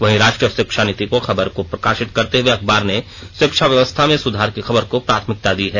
वहीं राष्ट्रीय शिक्षा नीति की खबर को प्रकाशित करते हुए अखबार ने शिक्षा व्यवस्था में सुधार की खबर को प्राथमिकता दी है